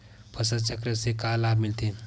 फसल चक्र से का लाभ मिलथे?